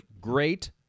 great